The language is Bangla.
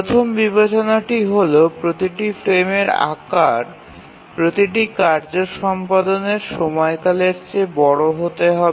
প্রথম বিবেচনাটি হল প্রতিটি ফ্রেমের আকার প্রতিটি কার্য সম্পাদনের সময়কালের চেয়ে বড় হতে হবে